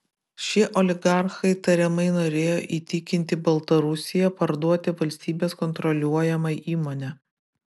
šie oligarchai tariamai norėjo įtikinti baltarusiją parduoti valstybės kontroliuojamą įmonę